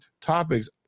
topics